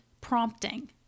prompting